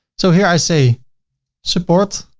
so here i say support,